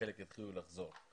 וחלק יתחילו לחזור.